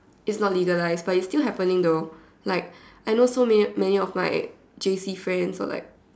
it's not legalized but it's still happening though like I know so many of my J_C friends or like